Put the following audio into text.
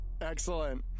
Excellent